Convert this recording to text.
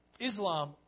Islam